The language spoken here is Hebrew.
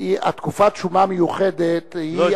תקופת שומה מיוחדת זה לא מדרגות מס.